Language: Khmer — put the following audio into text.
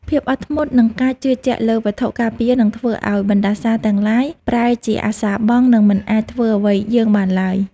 ភាពអត់ធ្មត់និងការជឿជាក់លើវត្ថុការពារនឹងធ្វើឱ្យបណ្តាសាទាំងឡាយប្រែជាអសារបង់និងមិនអាចធ្វើអ្វីយើងបានឡើយ។